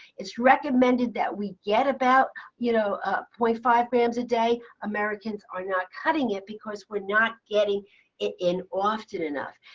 it's recommended that we get about you know ah five grams a day. americans are not cutting it because we're not getting it in often enough.